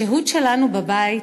השהות שלנו בבית,